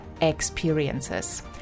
experiences